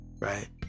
right